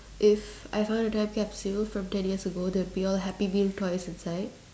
if I found a time capsule from ten years ago there'll be all happy meal toys inside